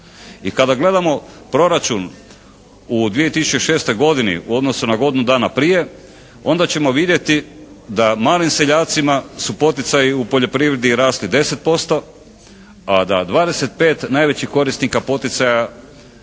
I kada gledamo proračun u 2006. godini u odnosu na godinu dana prije onda ćemo vidjeti da malim seljacima su poticaji u poljoprivredi rasli 10%, a da 25 najvećih korisnika poticaja